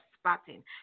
spotting